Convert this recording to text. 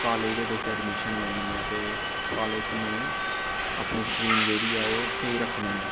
college दे बिच्च admission लैनी ऐ ते कालेज च में अपनी स्ट्रीम जह्ड़ी ऐ ओह् स्हेई रक्खनी ऐ